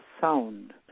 sound